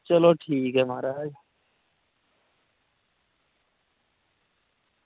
चलो ठीक ऐ महाराज